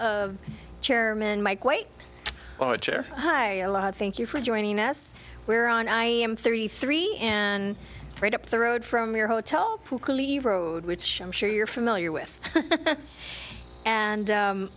of chairman mike white which are hi thank you for joining us we're on i am thirty three and right up the road from your hotel road which i'm sure you're familiar with and